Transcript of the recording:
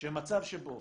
שמצב שבו